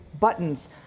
buttons